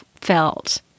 felt